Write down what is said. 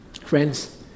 Friends